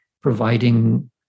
providing